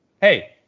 hey